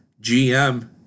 GM